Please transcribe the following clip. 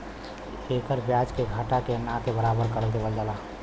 एकर ब्याज के घटा के ना के बराबर कर देवल जाला